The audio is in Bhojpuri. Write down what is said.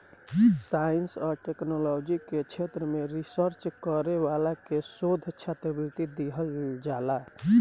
साइंस आ टेक्नोलॉजी के क्षेत्र में रिसर्च करे वाला के शोध छात्रवृत्ति दीहल जाला